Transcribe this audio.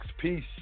Peace